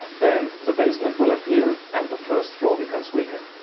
then the basement will appear and the first floor becomes weaker.